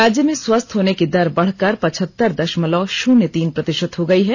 राज्य में स्वस्थ होने की दर बढ़कर पच्छहतर दशमलव शून्य तीन प्रतिशत हो गई है